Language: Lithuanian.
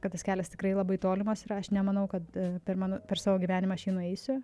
kad tas kelias tikrai labai tolimas ir aš nemanau kad per mano per savo gyvenimą aš jį nueisiu